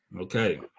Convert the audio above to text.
Okay